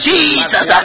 Jesus